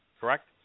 Correct